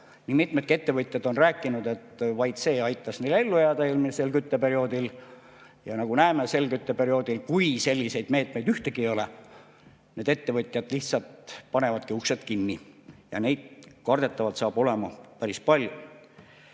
Nii mitmedki ettevõtjad on rääkinud, et vaid see aitas neil ellu jääda eelmisel kütteperioodil. Ja nagu näeme, sel kütteperioodil, kui selliseid meetmeid ühtegi ei ole, siis need ettevõtjad lihtsalt panevadki uksed kinni, ja selliseid on kardetavalt päris palju.